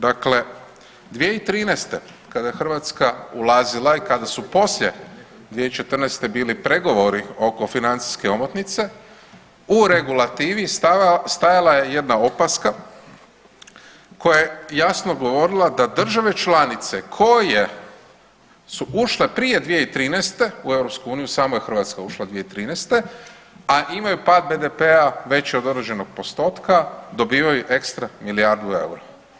Dakle, 2013. kada je Hrvatska ulazila i kada su poslije 2014. bili pregovori oko financijske omotnice u regulativi stajala je jedna opaska koja je jasno govorila da države članice koje su ušle prije 2013. u EU, samo je Hrvatska ušla 2013., a imaju pad BDP-a veći od određenog postotka dobivaju ekstra milijardu eura.